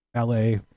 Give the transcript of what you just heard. la